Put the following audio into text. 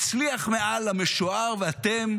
הצליח מעל המשוער, ואתם